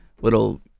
little